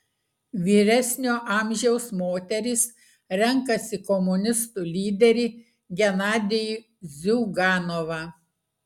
vyresnio amžiaus moterys renkasi komunistų lyderį genadijų ziuganovą